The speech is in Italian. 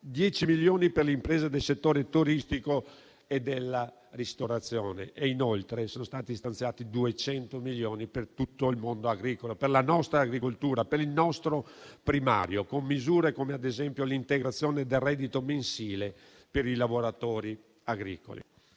10 milioni per le imprese del settore turistico e della ristorazione. Inoltre, sono stati stanziati 200 milioni per tutto il mondo agricolo, per la nostra agricoltura, per il nostro primario, con misure come ad esempio l'integrazione del reddito mensile per i lavoratori agricoli.